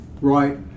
right